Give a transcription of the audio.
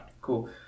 cool